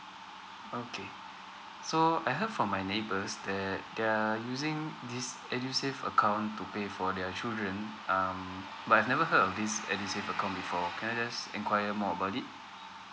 okay so I heard from my neighbors that they're using this edusave account to pay for their children um but I've never heard of this edusave account before can I just enquire more about it